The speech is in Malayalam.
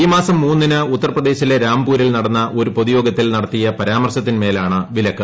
ഈ മാസം മൂന്നിന് ഉത്തർപ്രദേശിലെ രാംപൂരിൽ നടന്ന ഒരു പൊതുയോഗത്തിൽ നടത്തിയ പരാമർശത്തിന്മേലാണ് വിലക്ക്